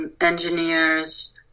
engineers